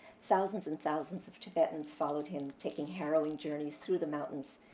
thousands and thousands of tibetans followed him, taking harrowing journeys through the mountains.